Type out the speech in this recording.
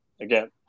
again